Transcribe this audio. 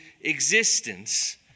existence